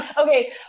Okay